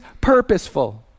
purposeful